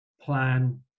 plan